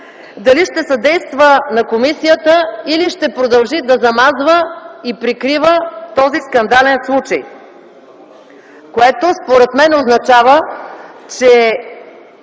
дали ще съдейства на комисията или ще продължи да замазва и прикрива този скандален случай, който според мен означава, че